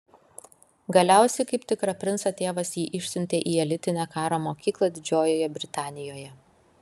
galiausiai kaip tikrą princą tėvas jį išsiuntė į elitinę karo mokyklą didžiojoje britanijoje